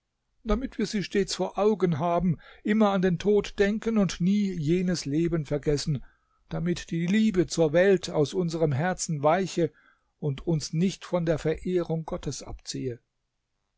damit wir sie stets vor augen haben immer an den tod denken und nie jenes leben vergessen damit die liebe zur welt aus unserem herzen weiche und uns nicht von der verehrung gottes abziehe